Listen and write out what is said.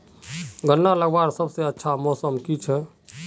गन्ना लगवार सबसे अच्छा मौसम की छे?